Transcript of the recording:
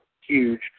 huge